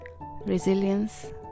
Resilience